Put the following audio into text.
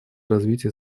развития